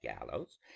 gallows